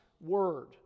word